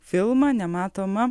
filmą nematoma